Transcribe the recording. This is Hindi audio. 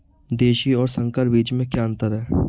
देशी और संकर बीज में क्या अंतर है?